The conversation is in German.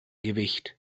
gewicht